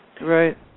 Right